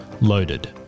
Loaded